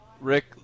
Rick